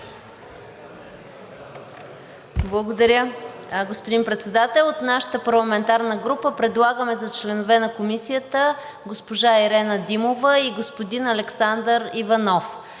Благодаря, господин Председател. От нашата парламентарна група предлагаме за членове на Комисията госпожа Ирена Димова и господин Александър Иванов.